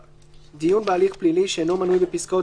(4)דיון בהליך פלילי שאינו מנוי בפסקאות